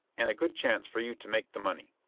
and a good chance for you to make the money.